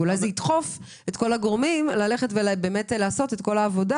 ואולי זה ידחוף את כל הגורמים ללכת ולעשות את כל העבודה,